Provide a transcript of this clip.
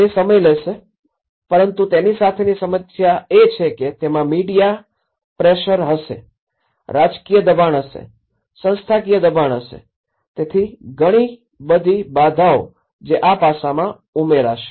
તે સમય લેશે પરંતુ તેની સાથેની સમસ્યા એ છે કે તેમાં મીડિયા પ્રેશર હશે રાજકીય દબાણ હશે સંસ્થાકીય દબાણ હશે તેથી ઘણી બધી બાધાઓ જે આ પાસામાં ઉમેરાશે